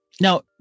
Now